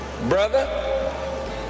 Brother